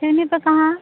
सिवनी पे कहाँ